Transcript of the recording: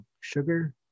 sugar